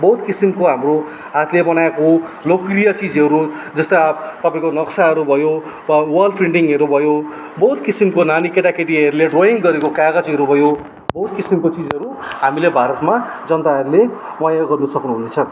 बहुत किसिमको हाम्रो हातले बनाएको लोकप्रिय चिजहरू जस्तै आब् तपाईँको नक्साहरू भयो वल प्रिन्टिङहरू भयो बहुत किसिमको नानी केटाकेटीहरूले ड्रोयिङ गरेको कागजहरू भयो बहुत किसिमको चिजहरू हामीले भारतमा जनताहरूले गर्नु सक्नुहुनेछ